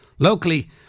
Locally